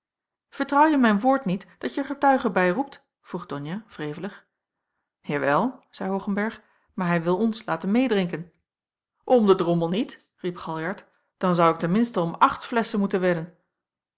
vertrouw je mijn woord niet dat je er getuigen bij roept vroeg donia wrevelig jawel zeî hoogenberg maar hij wil ons laten meêdrinken om den drommel niet riep galjart dan zou ik ten minste om acht flesschen moeten wedden